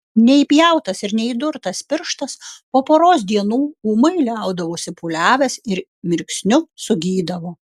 neįpjautas ir neįdurtas pirštas po poros dienų ūmai liaudavosi pūliavęs ir mirksniu sugydavo